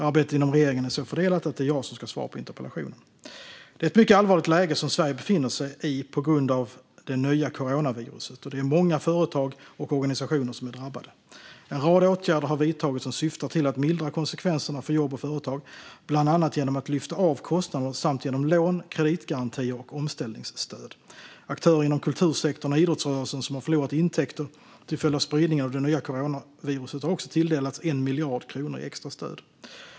Arbetet inom regeringen är så fördelat att det är jag som ska svara på interpellationen. Det är ett mycket allvarligt läge som Sverige befinner sig i på grund av det nya coronaviruset, och det är många företag och organisationer som är drabbade. En rad åtgärder har vidtagits som syftar till att mildra konsekvenserna för jobb och företag, bland annat genom att lyfta av kostnader samt genom lån, kreditgarantier och omställningsstöd. Aktörer inom kultursektorn och idrottsrörelsen som har förlorat intäkter till följd av spridningen av det nya coronaviruset har också tilldelats en miljard kronor i extra stöd.